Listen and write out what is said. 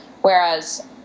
Whereas